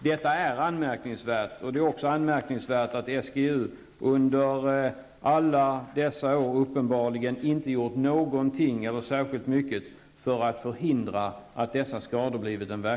Detta är anmärkningsvärt, och det är också anmärkningsvärt att SGU under alla dessa år uppenbarligen inte gjort någonting eller i varje fall inte särskilt mycket för att förhindra uppkomsten av dessa skador.